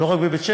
ולא רק בבית-שמש,